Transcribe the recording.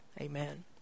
Amen